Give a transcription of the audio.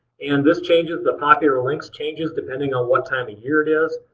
and this changes, the popular links changes, depending on what time of year it is.